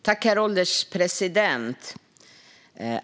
Herr ålderspresident!